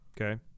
Okay